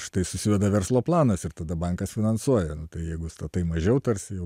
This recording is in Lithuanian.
štai susideda verslo planas ir tada bankas finansuoja jeigu statai mažiau tarsi jau